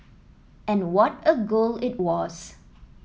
and what a goal it was